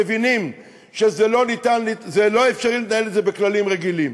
מבינים שזה לא אפשרי לנהל את זה בכללים רגילים.